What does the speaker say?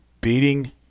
Beating